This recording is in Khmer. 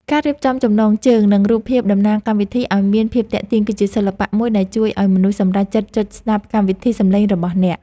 ការរៀបចំចំណងជើង និងរូបភាពតំណាងកម្មវិធីឱ្យមានភាពទាក់ទាញគឺជាសិល្បៈមួយដែលជួយឱ្យមនុស្សសម្រេចចិត្តចុចស្តាប់កម្មវិធីសំឡេងរបស់អ្នក។